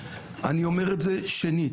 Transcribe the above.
אני אומר את זה שנית,